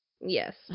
Yes